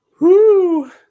whoo